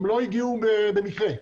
הם לא הגיעו במקרה,